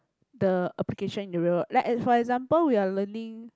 the application in real like uh for example we are learning